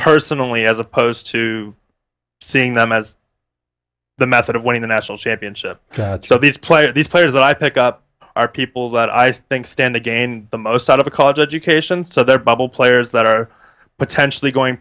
personally as opposed to seeing them as the method of winning the national championship so these players these players that i pick up are people that i think stand to gain the most out of a college education so they're bubble players that are potentially going